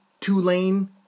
two-lane